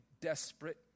desperate